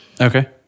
Okay